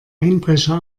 einbrecher